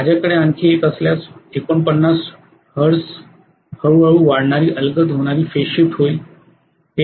माझ्याकडे आणखी एक असल्यास 49 हर्ट्ज हळूहळू वाढणारी अलगद होणारी फेज शिफ्ट होईल